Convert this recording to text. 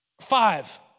Five